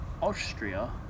Austria